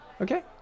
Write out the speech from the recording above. Okay